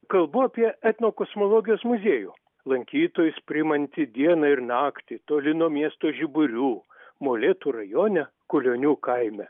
kalbu apie etnokosmologijos muziejų lankytojus priimantį dieną ir naktį toli nuo miesto žiburių molėtų rajone kulionių kaime